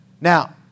Now